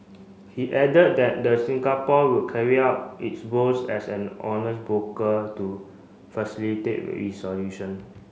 he added that the Singapore will carry out its roles as an honest broker to facilitate resolution